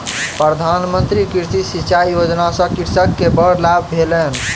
प्रधान मंत्री कृषि सिचाई योजना सॅ कृषक के बड़ लाभ भेलैन